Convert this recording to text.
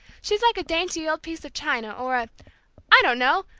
she's like a dainty old piece of china, or a i don't know,